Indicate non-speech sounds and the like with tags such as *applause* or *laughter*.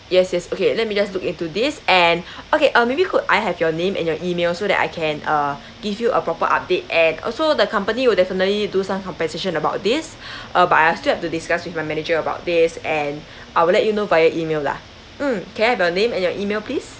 yes yes okay let me just look into this and *breath* okay uh maybe could I have your name and your email so that I can uh give you a proper update and also the company will definitely do some compensation about this *breath* uh but I still have to discuss with my manager about this and I will let you know via email lah mm can I have your name and your email please